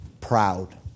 proud